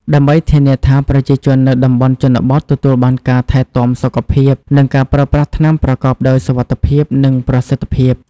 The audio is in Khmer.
ដើម្បីធានាថាប្រជាជននៅតំបន់ជនបទទទួលបានការថែទាំសុខភាព និងការប្រើប្រាស់ថ្នាំប្រកបដោយសុវត្ថិភាព និងប្រសិទ្ធភាព។